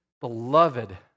beloved